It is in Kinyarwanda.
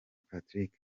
patrick